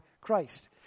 Christ